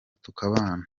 tukabana